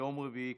יום רביעי,